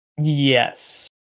Yes